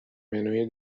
منوی